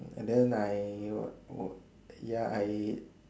and then I what work ya I